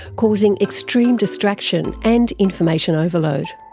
causing extreme distraction and information overload.